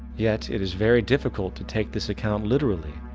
yet it is very difficult to take this account literally,